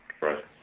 Right